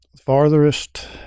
farthest